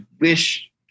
wish